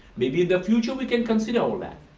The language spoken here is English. maybe in the future we can consider all that,